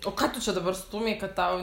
o ką tu čia dabar stūmei kad tau